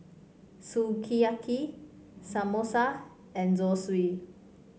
Sukiyaki Samosa and Zosui